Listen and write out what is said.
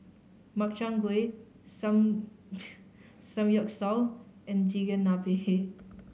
Makchang Gui Samgyeopsal and Chigenabe